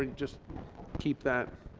and just keep that